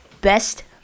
Best